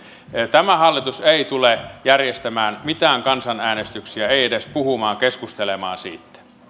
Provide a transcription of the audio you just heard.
tämä hallitus ei tule järjestämään mitään kansanäänestyksiä ei edes keskustelemaan siitä